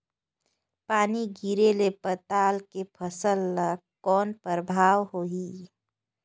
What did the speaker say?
पानी गिरे ले पताल के फसल ल कौन प्रभाव होही?